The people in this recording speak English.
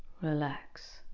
relax